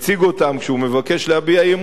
כשהוא מבקש להביע אי-אמון בממשלה,